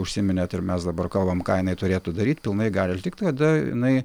užsiminėt ir mes dabar kalbam ką jinai turėtų daryti pilnai gali likt kada jinai